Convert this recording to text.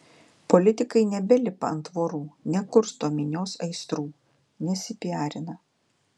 politikai nebelipa ant tvorų nekursto minios aistrų nesipiarina